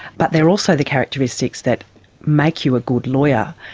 but they are also the characteristics that make you a good lawyer.